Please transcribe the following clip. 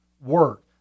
work